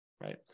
Right